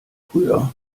früher